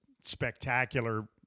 spectacular